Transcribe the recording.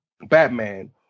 Batman